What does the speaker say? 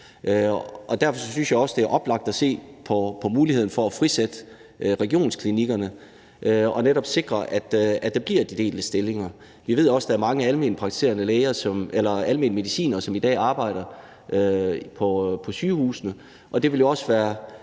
Derfor synes jeg også, at det er oplagt at se på muligheden for at frisætte regionsklinikkerne og netop sikre, at der bliver delte stillinger. Vi ved også, at der er mange almene medicinere, som i dag arbejder på sygehusene,